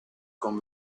con